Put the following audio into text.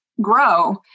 grow